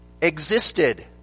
existed